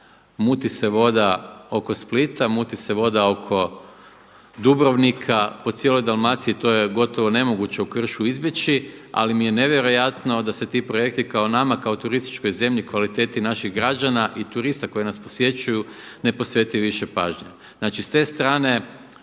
muti se voda oko Splita, muti se voda oko Dubrovnika, po cijeloj Dalmaciji. To je gotovo nemoguće u kršu izbjeći, ali mi je nevjerojatno da se ti projekti kao nama kao turističkoj zemlji, kvaliteti naših građana i turista koji nas posjećuju ne posveti više pažnje. Znači s te strane